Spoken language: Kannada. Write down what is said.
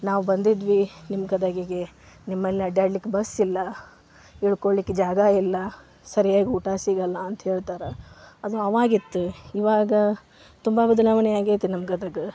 ನಾವು ಬಂದಿದ್ವಿ ನಿಮ್ಮ ಗದಗಿಗೆ ನಿಮ್ಮಲ್ಲಿ ಅಡ್ಡಾಡ್ಲಿಕ್ಕೆ ಬಸ್ ಇಲ್ಲ ಇಳ್ಕೊಳ್ಲಿಕ್ಕೆ ಜಾಗ ಇಲ್ಲ ಸರಿಯಾಗಿ ಊಟ ಸಿಗಲ್ಲ ಅಂತ ಹೇಳ್ತಾರೆ ಅದು ಅವಾಗ ಇತ್ತು ಇವಾಗ ತುಂಬ ಬದಲಾವಣೆ ಆಗೈತೆ ನಮ್ಮ ಗದಗ